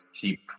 keep